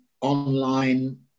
online